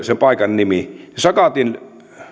sen paikan nimi sakatin